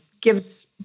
gives